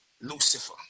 Lucifer